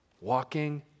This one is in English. walking